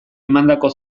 emandako